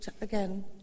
again